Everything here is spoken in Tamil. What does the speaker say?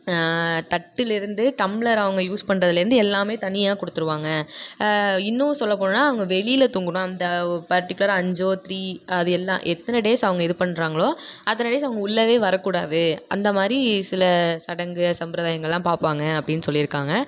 தட்டுலேருந்து டம்ளர் அவங்க யூஸ் பண்ணுறதுலேந்து எல்லாம் தனியாக கொடுத்துருவாங்க இன்னும் சொல்லப்போனால் அவங்க வெளியில் தூங்கணும் அந்த பர்டிகுலர் அஞ்சோ த்ரீ அது எல்லாம் எத்தனை டேஸ் அவங்க இது பண்ணுறாங்களோ அத்தனை டேஸ் அவங்க உள்ள வரக்கூடாது அந்தமாதிரி சில சடங்கு சம்பரதாயங்கள்லாம் பார்ப்பாங்க அப்படின்னு சொல்லியிருக்காங்க